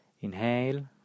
inhale